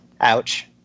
Ouch